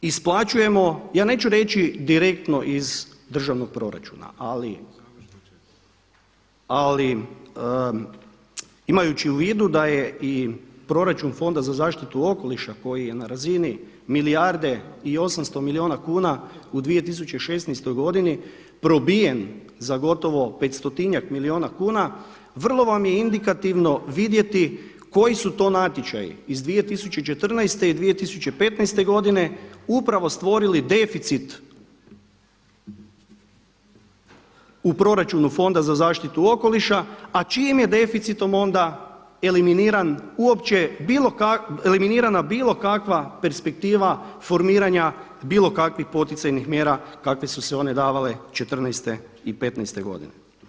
isplaćujemo, ja neću reći direktno iz državnog proračuna ali imajući u vidu da je i proračun Fonda za zaštitu okoliša koji je na razini milijarde i 800 milijuna kuna u 2016. godini probijen za gotovo petstotinjak milijuna kuna vrlo vam je indikativno vidjeti koji su to natječaji iz 2014. i 2015. godini upravo stvorili deficit u proračunu Fonda za zaštitu okoliša a čijim je deficitom onda eliminiran uopće bilo, eliminirana bilo kakva perspektiva formiranja bilo kakvih poticajnih mjera kakve su se one davale 2014. i 2015. godine.